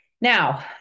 Now